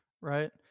right